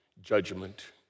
judgment